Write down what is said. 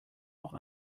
auch